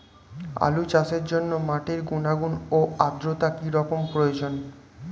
আলু চাষের জন্য মাটির গুণাগুণ ও আদ্রতা কী রকম প্রয়োজন?